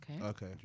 Okay